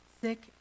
Sick